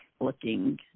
looking